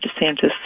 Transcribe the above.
DeSantis